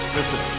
Listen